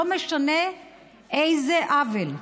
לא משנה איזה עוול.